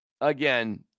again